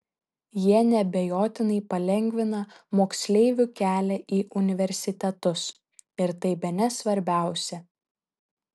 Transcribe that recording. jie neabejotinai palengvina moksleivių kelią į universitetus ir tai bene svarbiausia